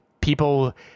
people